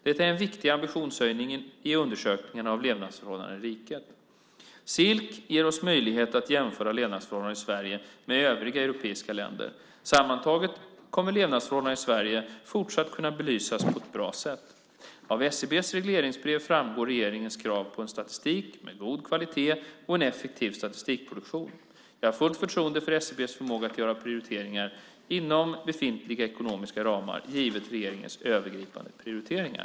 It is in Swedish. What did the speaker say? Detta är en viktig ambitionshöjning i undersökningarna av levnadsförhållandena i riket. SILC ger oss möjlighet att jämföra levnadsförhållandena i Sverige med övriga europeiska länder. Sammantaget kommer levnadsförhållandena i Sverige fortsatt att kunna belysas på ett bra sätt. Av SCB:s regleringsbrev framgår regeringens krav på en statistik med god kvalitet och en effektiv statistikproduktion. Jag har fullt förtroende för SCB:s förmåga att göra prioriteringar inom befintliga ekonomiska ramar, givet regeringens övergripande prioriteringar.